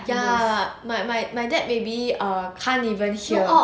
ya my my my dad maybe err can't even hear